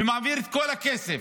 ומעביר את כל הכסף,